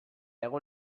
egon